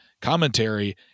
commentary